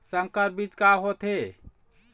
संकर बीज का होथे?